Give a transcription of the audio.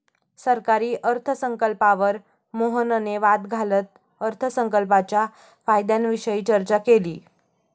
सरकारी अर्थसंकल्पावर मोहनने वाद घालत अर्थसंकल्पाच्या फायद्यांविषयी चर्चा केली